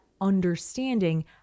understanding